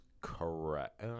correct